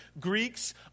Greeks